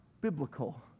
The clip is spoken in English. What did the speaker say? biblical